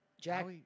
jack